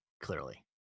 clearly